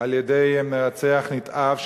על-ידי מרצח נתעב,